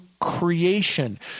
creation